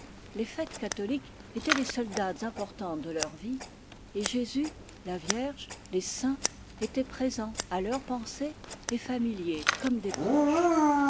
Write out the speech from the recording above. les fêtes catholiques étaient les seules dates importantes de leur vie et jésus la vierge les saints étaient présents à leur pensée et familiers comme des proches